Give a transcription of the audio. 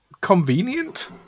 convenient